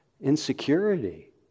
insecurity